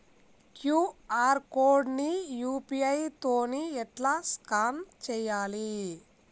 QR code ని UPI తోని ఎట్లా స్కాన్ చేయాలి?